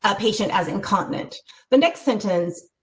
ah patient as incontinent the next sentence.